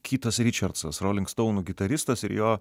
kytas ričerdsas roling stounų gitaristas ir jo